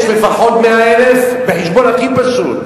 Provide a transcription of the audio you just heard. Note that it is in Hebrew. יש לפחות 100,000, בחשבון הכי פשוט.